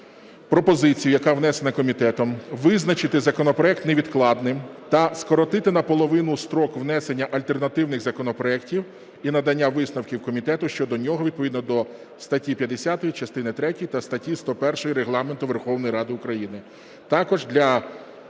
пропозицію, яка внесена комітетом, визначити законопроект невідкладним та скоротити наполовину строк внесення альтернативних законопроектів і надання висновків комітету щодо нього відповідно до статті 50 частини третьої та статті 101 Регламенту Верховної Ради України.